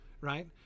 right